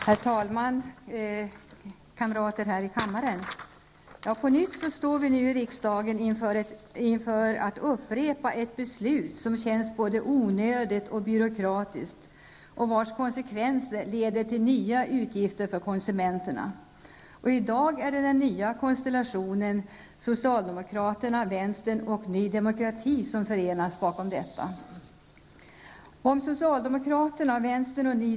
Herr talman! Kamrater här i kammaren! Nu står vi i riksdagen på nytt inför att fatta ett beslut som känns både onödigt och byråkratiskt och vars konsekvenser leder till nya utgifter för konsumenterna. I dag är det den nya konstellationen socialdemokraterna, vänsterpartiet och Ny Demokrati som förenas bakom detta.